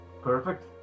Perfect